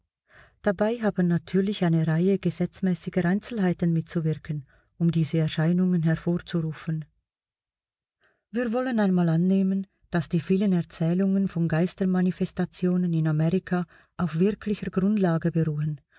dabei haben natürlich eine reihe gesetzmäßiger einzelheiten mitzuwirken um diese erscheinungen hervorzurufen wir wollen einmal annehmen daß die vielen erzählungen von geistermanifestationen in amerika auf wirklicher grundlage beruhen